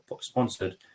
sponsored